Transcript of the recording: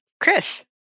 Chris